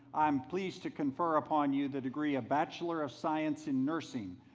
i'm pleased to confer upon you the degree a bachelor of science in nursing,